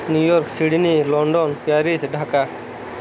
New York Sydney London Paris Dhaka